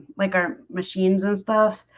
like our machines and stuff